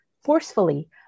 forcefully